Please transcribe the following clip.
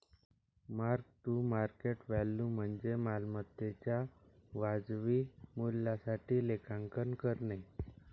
mark to market value म्हणजे मालमत्तेच्या वाजवी मूल्यासाठी लेखांकन करणे